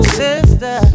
sister